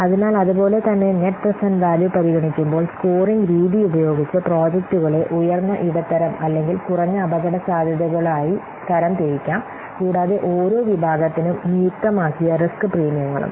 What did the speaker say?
അതിനാൽ അതുപോലെ തന്നെ നെറ്റ് പ്രേസേന്റ്റ് വാല്യൂ പരിഗണിക്കുമ്പോൾ സ്കോറിംഗ് രീതി ഉപയോഗിച്ച് പ്രോജക്ടുകളെ ഉയർന്ന ഇടത്തരം അല്ലെങ്കിൽ കുറഞ്ഞ അപകടസാധ്യതകളായി തരംതിരിക്കാം കൂടാതെ ഓരോ വിഭാഗത്തിനും നിയുക്തമാക്കിയ റിസ്ക് പ്രീമിയങ്ങളും